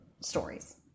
stories